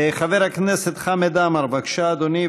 חבר הכנסת חמד עמאר, בבקשה, אדוני.